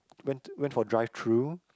went went for drive thru